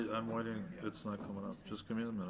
i'm wondering, it's not coming up. just give me